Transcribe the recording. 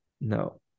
no